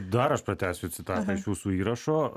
dar aš pratęsiu citatą iš jūsų įrašo